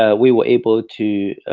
ah we were able to,